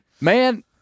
Man